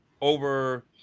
over